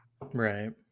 right